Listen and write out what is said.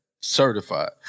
Certified